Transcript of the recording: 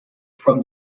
from